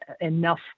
enough